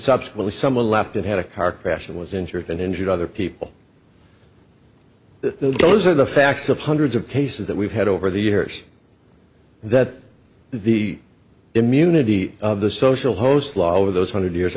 subsequently someone left and had a car crash was injured and injured other people those are the facts of hundreds of cases that we've had over the years that the immunity of the social host law over those hundred years